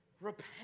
Repent